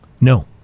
No